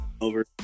over